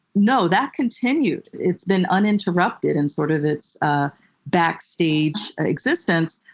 no, that continued. it's been uninterrupted in sort of its ah backstage existence,